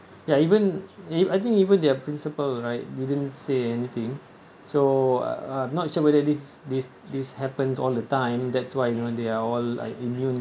ya even I think even their principal right you didn't say anything so um I'm not sure whether this this this happens all the time that's why you know they are all like immune